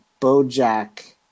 BoJack